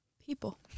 people